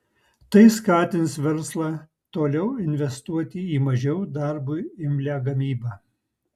tai skatins verslą toliau investuoti į mažiau darbui imlią gamybą